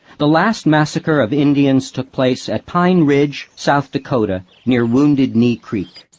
the last massacre of indians took place at pine ridge, south dakota, near wounded knee creek.